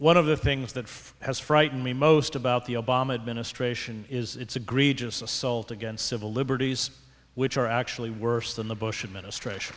one of the things that has frightened me most about the obama administration is its agree just assault against civil liberties which are actually worse than the bush administration